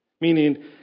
Meaning